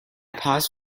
pause